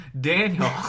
Daniel